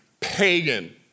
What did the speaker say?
pagan